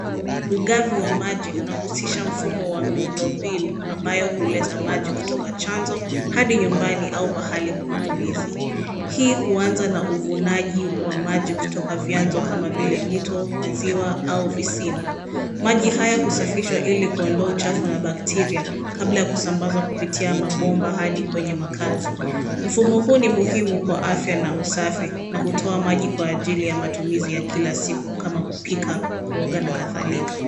Ugavi wa maji unahusisha mfumo wa miundombinu ambayo huleta maji kutoka chanzo hadi nyumbani au pahali pa matumizi. Hii huanza na uvunaji wa maji kutoka vyanzo kama vile mito, maziwa au visima. Maji haya husafishwa ili kuondoa uchafu na bakteria kabla ya kusambazwa kupitia mabomba hadi kwenye makazi. Mfumo huu ni muhimu kwa afya na usafi, na hutoa maji kwa ajili ya matumizi ya kila siku kama kupika, kuoga na kadhalika.